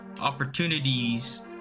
Opportunities